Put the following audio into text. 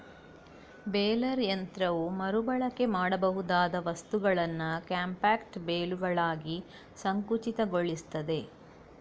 baler ಯಂತ್ರವು ಮರು ಬಳಕೆ ಮಾಡಬಹುದಾದ ವಸ್ತುಗಳನ್ನ ಕಾಂಪ್ಯಾಕ್ಟ್ ಬೇಲುಗಳಾಗಿ ಸಂಕುಚಿತಗೊಳಿಸ್ತದೆ